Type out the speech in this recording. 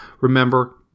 Remember